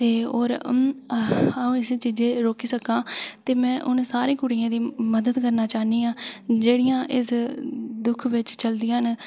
ते होर अ'ऊं इस चीजा गी रोकी सकां में उ'नें सारियें कुड़ियें दी मदद करना चाह्न्नी आं जेह्ड़ियां उस दुख बिच चलदियां न